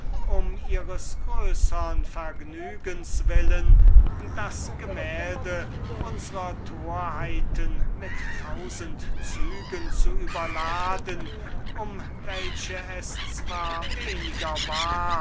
um ihres größern vergnügens willen das gemälde unsrer torheiten mit tausend zügen zu überladen um welche es zwar weniger wahr